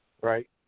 right